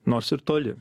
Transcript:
nors ir toli